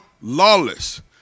lawless